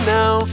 now